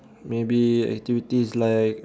maybe activities like